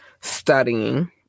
studying